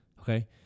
okay